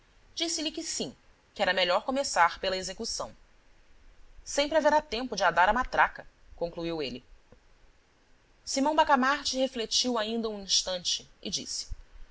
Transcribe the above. disse-lhe que sim que era melhor começar pela execução sempre haverá tempo de a dar à matraca concluiu ele simão bacamarte refletiu ainda um instante e disse